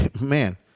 man